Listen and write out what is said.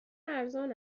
ارزان